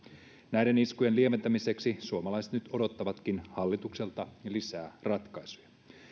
näiden iskujen lieventämiseksi suomalaiset nyt odottavatkin hallitukselta lisää ratkaisuja